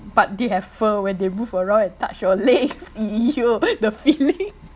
but they have fur when they move around and touch your leg !eeyer! the feeling